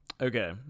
Okay